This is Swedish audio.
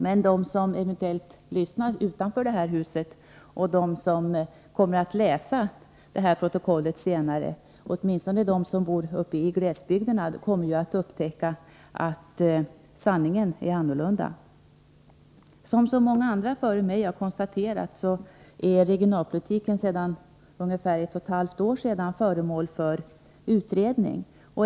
Men de som eventuellt lyssnar utanför detta hus och de som kommer att läsa detta protokoll senare — speciellt de som bor uppe i glesbygderna — kommer att upptäcka att sanningen är annorlunda. Som många andra före mig konstaterat är regionalpolitiken sedan ungefär ett och ett halvt år föremål för utredning.